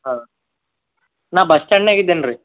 ಹಾಂ ನಾನು ಬಸ್ ಸ್ಟ್ಯಾಂಡ್ನಾಗೆ ಇದ್ದೇನೆ ರೀ